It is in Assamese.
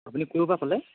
আপুনি ক'ৰ পৰা ক'লে